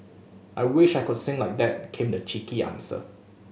I wish I could sing like that came the cheeky answer